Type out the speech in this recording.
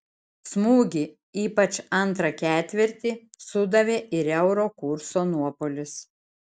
smūgį ypač antrą ketvirtį sudavė ir euro kurso nuopuolis